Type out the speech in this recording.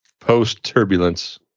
Post-turbulence